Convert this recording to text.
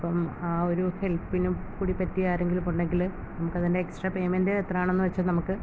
അപ്പം ആ ഒരു ഹെൽപ്പിനും കൂടി പറ്റിയ ആരെങ്കിലും ഉണ്ടെങ്കിൽ കൂടി നമുക്കതിൻ്റെ എക്സ്ട്രാ പേയ്മെൻറ്റ് എത്രയാണെന്ന് വെച്ചാൽ നമുക്ക്